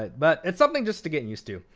but it's something just to get used to.